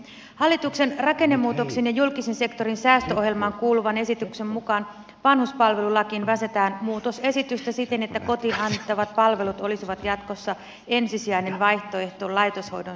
hallituksen rakennemuutoksiin ja julkisen sektorin säästöohjelmaan kuuluvan esityksen mukaan vanhuspalvelulakiin väsätään muutosesitystä siten että kotiin hankittavat palvelut olisivat jatkossa ensisijainen vaihtoehto laitoshoidon sijaan